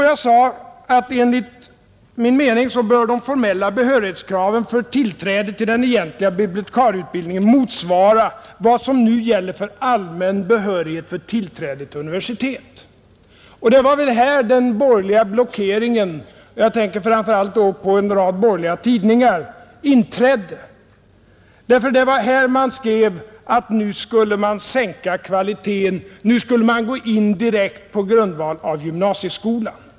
Jag sade att enligt min mening bör det formella behörighetskravet för tillträde till den egentliga biblioteksutbildningen motsvara vad som nu gäller i fråga om allmän behörighet för tillträde till universitet. Det var här den borgerliga blockeringen inträdde. Jag tänker framför allt på en rad borgerliga tidningar, som skrev att nu skulle kvaliteten sänkas. Nu skulle det gå att få tillträde till utbildningen direkt på grundval av gymnasieskolan.